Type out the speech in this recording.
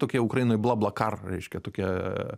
tokie ukrainoj blablacar reiškia tokia